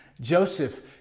Joseph